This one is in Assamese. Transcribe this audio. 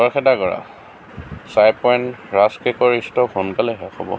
খৰখেদা কৰা চাই পইণ্ট ৰাস্ক কেকৰ ষ্ট'ক সোনকালেই শেষ হ'ব